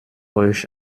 euch